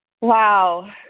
Wow